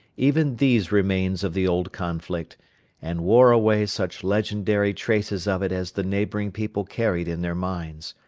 even these remains of the old conflict and wore away such legendary traces of it as the neighbouring people carried in their minds,